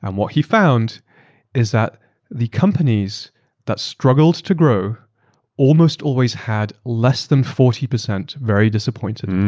and what he found is that the companies that struggled to grow almost always had less than forty percent very disappointed.